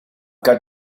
got